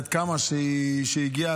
כמו שהיא הגיעה,